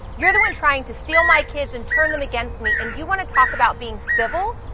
you're the one trying to steal my kids and turn them against me, and you wanna talk about being civil.